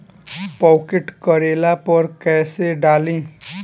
Pocket करेला पर कैसे डाली?